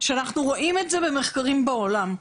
שאנחנו רואים את זה במחקרים בעולם.